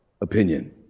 opinion